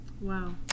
Wow